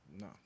No